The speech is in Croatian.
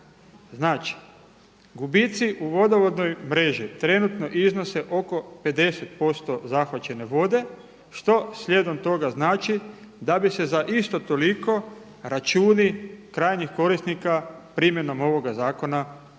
Znači gubici u vodovodnoj mreži trenutno iznose oko 50% zahvaćene vode što slijedom toga znači da bi se za isto toliko računi krajnjih korisnika primjenom ovoga zakona od